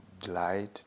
delight